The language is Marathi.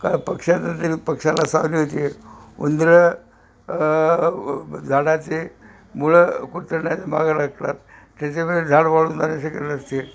पक्षाला सावली होते उंदरं झाडाचे मुळं कुरतडण्याच्या मागं लागतात त्याच्यामुळे झाड वाळून जा असते